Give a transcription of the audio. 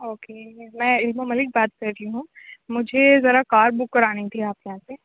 okay میں عظمیٰ ملک بات كر رہی ہوں مجھے ذرا کار بک کرانی تھی آپ کے یہاں سے